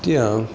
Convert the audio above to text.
ત્યાં